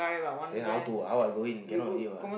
then how to how I go in cannot already what